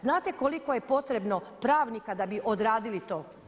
Znate koliko je potrebno pravnika da bi odradili to?